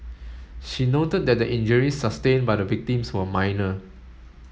she noted that the injuries sustained by the victims were minor